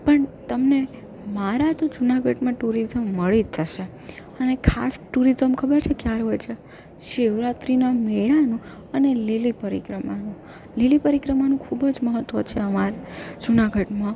પણ તમને મારા તો જૂનાગઢમાં ટુરિઝમ મળી જ જશે અને ખાસ ટુરિઝમ તમને ખબર છે ક્યાં આવ્યો છે શિવરાત્રીના મેળાનો અને લીલી પરિક્રમાનો લીલી પરિક્રમાનું ખૂબ જ મહત્વ છે અમારા જૂનાગઢમાં